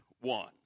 one